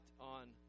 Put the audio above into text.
on